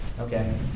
Okay